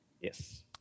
Yes